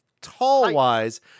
tall-wise